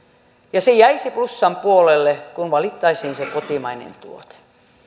ja se jäisi plussan puolelle kun valittaisiin se kotimainen tuote